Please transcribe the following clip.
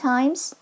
Times